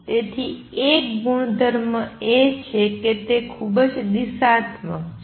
તેથી એક ગુણધર્મ એ કે તે ખૂબ દિશાત્મક છે